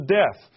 death